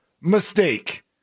mistake